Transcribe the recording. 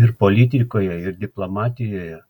ir politikoje ir diplomatijoje